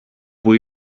που